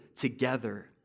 together